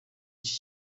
iki